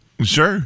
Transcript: Sure